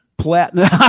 Platinum